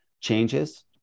changes